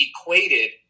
equated